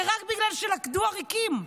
זה רק בגלל שלכדו עריקים.